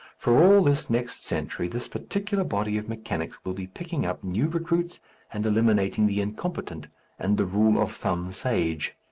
for all this next century this particular body of mechanics will be picking up new recruits and eliminating the incompetent and the rule-of-thumb sage.